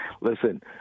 listen